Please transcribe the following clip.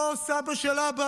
אותו סבא של אבא,